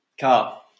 Car